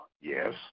Yes